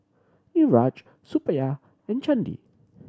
Niraj Suppiah and Chandi